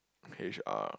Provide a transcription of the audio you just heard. H_R